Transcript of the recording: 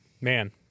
Man